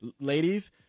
Ladies